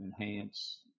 enhance